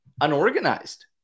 unorganized